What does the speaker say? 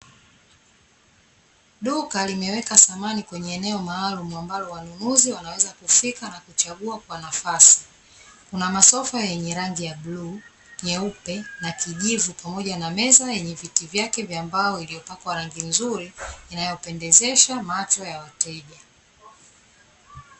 Duka limeweka samani kwenye eneo maalumu ambalo wanunuzi wanaweza kufika na kuchagua kwa nafasi, kuna masofa yenye rangi ya bluu, nyeupe na kijivu pamoja na meza yenye viti vyake vya mbao iliyopakwa rangi nzuri inayopendezesha macho ya wateja.